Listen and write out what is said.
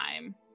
time